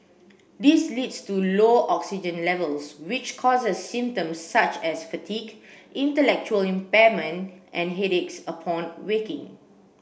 this leads to low oxygen levels which causes symptoms such as fatigue intellectual impairment and headaches upon waking